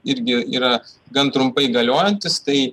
irgi yra gan trumpai galiojantis tai